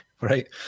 Right